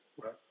Right